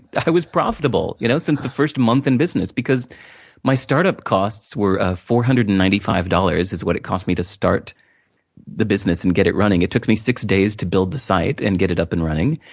i was profitable, you know since the first month in business. because my startup costs were ah four hundred and ninety five dollars, is what it cost me to start the business, and get it running. it took me six days to build the site, and get it up and running.